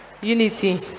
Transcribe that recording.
Unity